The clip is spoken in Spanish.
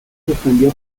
suspendió